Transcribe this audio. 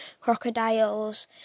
crocodiles